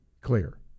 clear